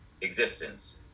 existence